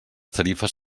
tarifes